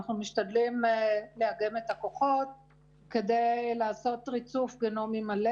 אנחנו משתדלים לאגם את הכוחות כדי לעשות ריצוף גנומי מלא